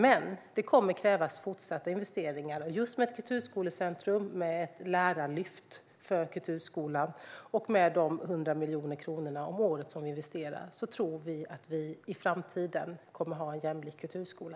Men det kommer att krävas fortsatta investeringar, och med ett kulturskolecentrum, ett lärarlyft för kulturskolan och de 100 miljoner kronor om året som vi investerar tror vi att vi i framtiden kommer att ha en jämlik kulturskola.